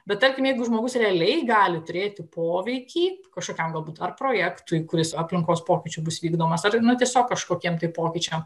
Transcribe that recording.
bet tarkim jeigu žmogus realiai gali turėti poveikį kažkokiam galbūt ar projektui kuris aplinkos pokyčių bus vykdomas ar nu tiesiog kažkokiem tai pokyčiam